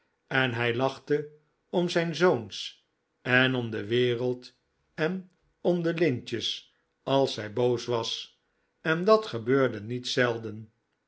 en hij lachte om zijn zoons en om de wereld en om de lintjes als zij boos was en dat gebeurde niet zelden